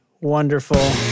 Wonderful